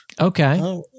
Okay